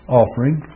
offering